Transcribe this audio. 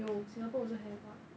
有 singapore also have [what]